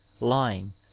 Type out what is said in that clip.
lying